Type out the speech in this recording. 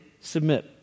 submit